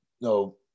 No